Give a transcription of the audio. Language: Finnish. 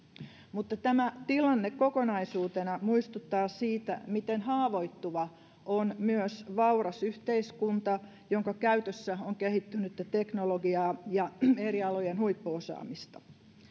mutta tämä tilanne kokonaisuutena muistuttaa siitä miten haavoittuva on myös vauras yhteiskunta jonka käytössä on kehittynyttä teknologiaa ja eri alojen huippuosaamista